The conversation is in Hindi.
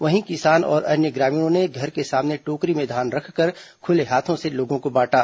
वहीं किसान और अन्य ग्रामीणों ने घर के सामने टोकरी में धान रखकर खुले हाथों से लोगों को बांटा